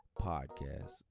Podcast